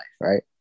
right